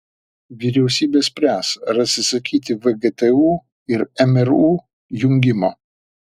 vyriausybė spręs ar atsisakyti vgtu ir mru jungimo